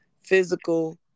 physical